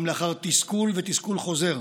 גם לאחר תסכול ותסכול חוזר,